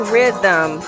Rhythm